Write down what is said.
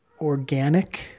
organic